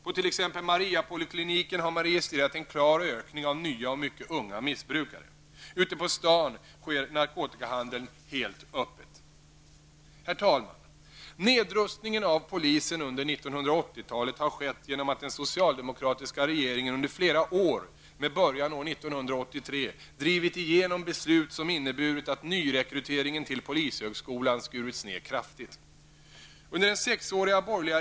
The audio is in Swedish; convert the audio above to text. På t.ex. Mariapolikliniken har man registrerat en klar ökning av nya och mycket unga missbrukare. Ute på stan sker narkotikahandeln helt öppet. Herr talman! Försvagningen av den svenska polisen under 1980-talet har skett genom att den socialdemokratiska regeringen under flera år -- med början år 1983 -- har drivit igenom beslut som har inneburit att nyrekryteringen till polishögskolan kraftigt har skurits ned.